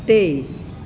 তেইছ